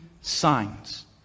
signs